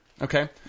okay